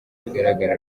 bigaragara